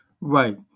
Right